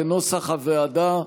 כנוסח הוועדה.